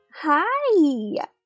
Hi